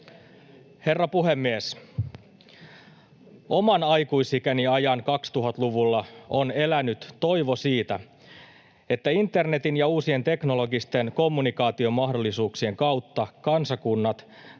Herra puhemies! Oman aikuisikäni ajan 2000-luvulla on elänyt toivo siitä, että internetin ja uusien teknologisten kommunikaatiomahdollisuuksien kautta kansakunnat